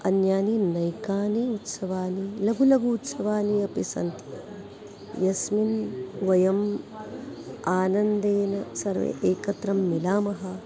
अन्यानि नैकानि उत्सवानि लघु लघु उत्सवानि अपि सन्ति यस्मिन् वयम् आनन्देन सर्वे एकत्र मिलामः